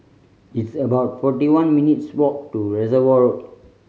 it's about forty one minutes' walk to Reservoir